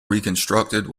reconstructed